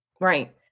right